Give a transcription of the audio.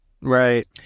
Right